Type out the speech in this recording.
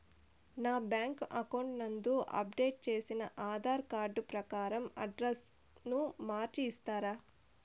నా bank account నందు update చేసిన ఆధార్ కార్డు ప్రకారం అడ్రస్ ను మార్చిస్తారా?